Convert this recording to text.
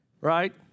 Right